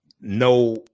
no